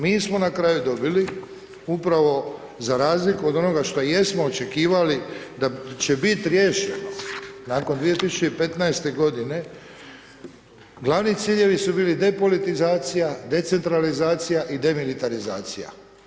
Mi smo na kraju dobili upravo za razliku od onoga što jesmo očekivali da će bit riješeno nakon 2015. godine glavni ciljevi su bili depolitizacija, decentralizacija i demilitarizacija.